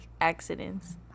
accidents